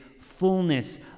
fullness